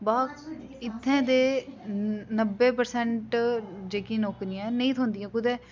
बाद इत्थें दे नब्बे प्रसैंट जेह्की नौकरियां ऐ नेईं थ्होंदी ऐ कुदै